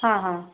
ಹಾಂ ಹಾಂ